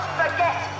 forget